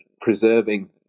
preserving